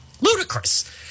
ludicrous